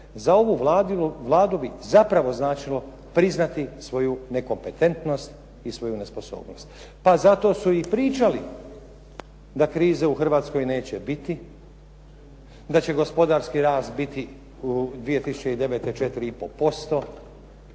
za ovu Vladu bi zapravo značilo priznati svoju nekompetentnost i svoju nesposobnost. Pa zato su i pričali da krize u Hrvatskoj neće biti, da će gospodarski rast biti 2009. 4,5%,